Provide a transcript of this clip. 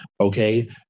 okay